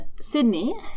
Sydney